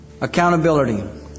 Accountability